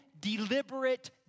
deliberate